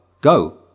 go